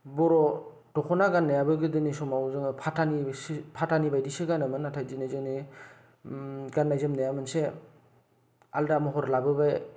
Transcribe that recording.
बर' दख'ना गान्नायाबो गोदोनि समाव जोङो फाथानि फाथानि बायदिसो गानोमोन नाथाय दिनै जोंनि गान्नाय जोमनाया मोनसे आलादा महर लाबोबाय